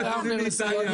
לא נתנו להציף טיעונים,